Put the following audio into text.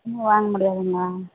இனிமே வாங்க முடியாதுங்களா